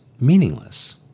meaningless